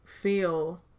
feel